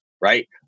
right